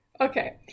Okay